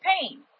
pain